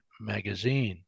Magazine